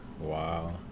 Wow